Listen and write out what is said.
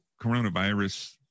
coronavirus